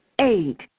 Eight